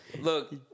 Look